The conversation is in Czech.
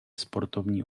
sportovní